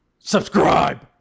Subscribe